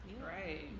Right